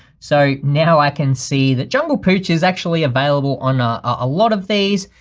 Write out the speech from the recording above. so now i can see that jungle pooch is actually available on a lot of these.